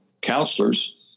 counselors